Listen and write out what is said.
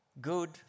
good